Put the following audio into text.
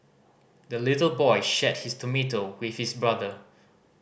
the little boy shared his tomato with his brother